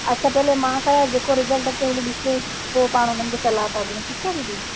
अच्छा पहिरियों मां कया जेको रिजल्ट अचे हो ॾिसे पोइ पाण उन्हनि खे सलाह तव्हां ॾियो ठीकु आहे दीदी